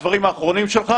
לפיד, שר האוצר הקודם.